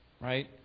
Right